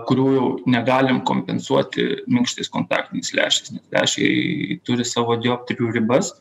kurių jau negalim kompensuoti minkštais kontaktiniais lęšiais lęšiai turi savo dioptrijų ribas